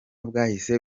bwahise